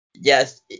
yes